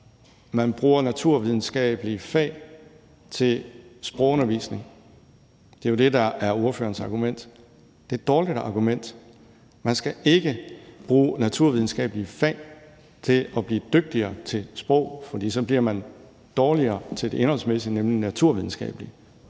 Man bruger naturvidenskabelige fag til sprogundervisning. Det er jo det, der er ordførerens argument. Det er et dårligt argument. Man skal ikke bruge naturvidenskabelige fag til at blive dygtigere til et sprog, for så bliver man dårligere til det indholdsmæssige, nemlig det naturvidenskabelige.